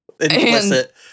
Implicit